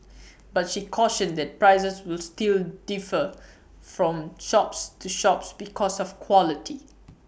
but she cautioned that prices will still defer from shops to shops because of quality